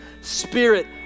spirit